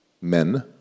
men